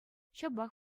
ҫапах